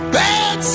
bad